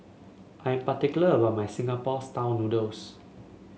I am particular about my Singapore style noodles